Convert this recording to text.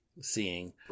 seeing